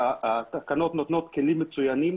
והתקנות נותנות כלים מצוינים.